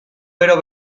bero